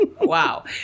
Wow